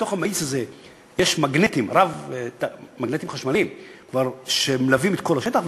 ובתוך המאיץ הזה יש מגנטים חשמליים שמלווים את כל השטח,